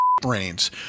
brains